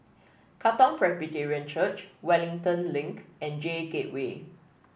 Katong Presbyterian Church Wellington Link and J Gateway